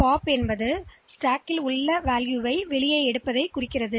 POP என்பது நாம்மதிப்பைப் அடுக்கிலிருந்து பெற முயற்சிக்கிறோம் என்பதாகும்